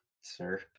sir